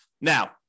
Now